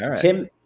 Tim